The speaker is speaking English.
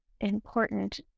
important